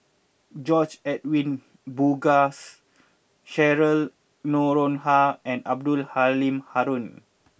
George Edwin Bogaars Cheryl Noronha and Abdul Halim Haron